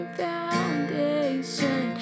foundation